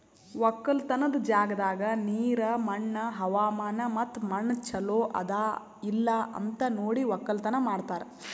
ಒಕ್ಕಲತನದ್ ಜಾಗದಾಗ್ ನೀರ, ಮಣ್ಣ, ಹವಾಮಾನ ಮತ್ತ ಮಣ್ಣ ಚಲೋ ಅದಾ ಇಲ್ಲಾ ಅಂತ್ ನೋಡಿ ಒಕ್ಕಲತನ ಮಾಡ್ತಾರ್